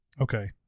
Okay